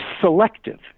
selective